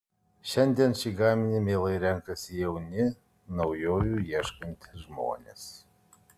šiandien šį gaminį mielai renkasi jauni naujovių ieškantys žmonės